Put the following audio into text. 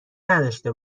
نداشته